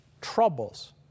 troubles